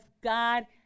God